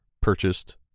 purchased